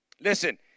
Listen